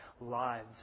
lives